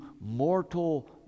mortal